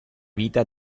vita